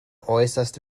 äußerst